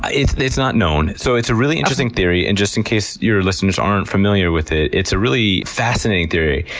ah it's it's not known. so it's a really interesting theory, and just in case your listeners aren't familiar with it, it's a really fascinating theory.